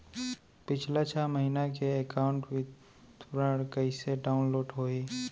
पिछला छः महीना के एकाउंट विवरण कइसे डाऊनलोड होही?